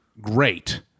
great